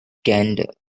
gander